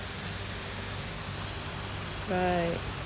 right